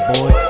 Boy